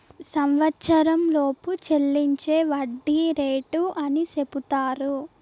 సంవచ్చరంలోపు చెల్లించే వడ్డీ రేటు అని సెపుతారు